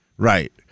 Right